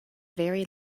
very